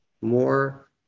more